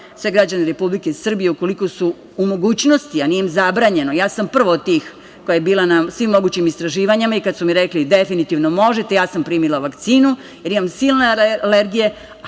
sve građane Republike Srbije, ukoliko su u mogućnosti, a nije im zabranjeno, ja sam prva od tih koja je bila na svim mogućim istraživanjima i kada su mi rekli da definitivno možete, ja sam primila vakcinu, jer imam silne alergije.